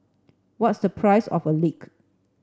what's the price of a leak